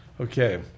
Okay